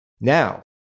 Now